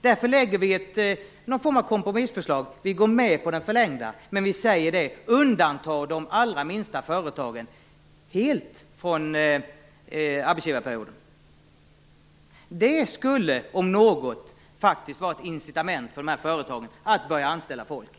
Därför lägger vi fram en form av kompromissförslag. Vi går med på den förlängda sjuklöneperioden, men vi vill undanta de allra minsta företagen helt från arbetsgivarperioden. Det om något skulle faktiskt vara ett incitament för dessa företag att börja anställa folk.